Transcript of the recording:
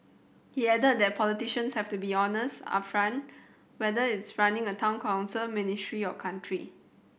he added that politicians have to be honest upfront whether it's running a Town Council ministry or country